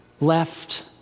left